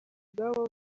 ubwabo